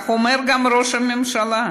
כך אומר גם ראש הממשלה.